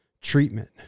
treatment